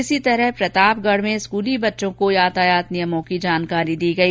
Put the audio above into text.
इसी तरह प्रतापगढ़ में स्कूली बच्चों को यातायात नियमों की जानकारी दी गई